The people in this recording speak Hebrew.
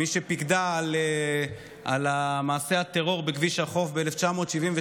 מי שפיקדה על מעשה הטרור בכביש החוף ב-1978,